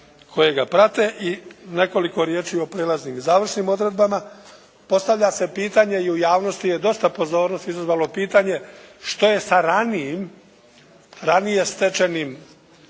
koje ga prate i nekoliko riječi o prelaznim i završnim odredbama. Postavlja se pitanje i u javnosti je dosta pozornosti izazvalo pitanje što je sa ranijim, ranije stečenim